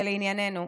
ולענייננו,